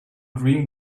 dream